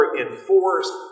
enforced